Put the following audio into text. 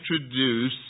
introduce